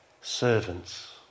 servants